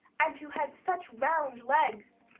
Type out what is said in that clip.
and who had such round legs,